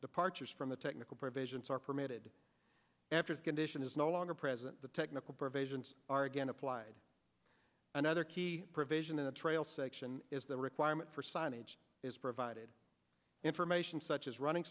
departures from the technical provisions are permitted after the condition is no longer present the technical provisions are again applied another key provision in the trail section is the requirement for signage is provided information such as running